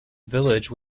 village